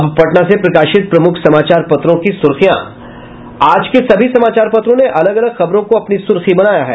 अब पटना से प्रकाशित प्रमुख समाचार पत्रों की सुर्खियां आज के सभी समाचार पत्रों ने अलग अलग खबरों को अपनी सूर्खी बनाया है